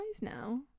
now